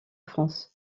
france